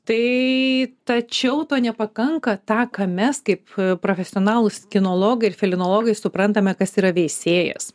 tai tačiau to nepakanka tą ką mes kaip profesionalūs kinologai ir felinologai suprantame kas yra veisėjas